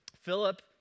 Philip